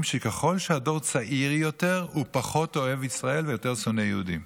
הוא פחות אוהב ישראל ויותר שונא יהודים.